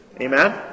Amen